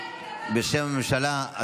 בשם הממשלה,